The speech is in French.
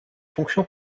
fonction